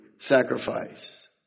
Sacrifice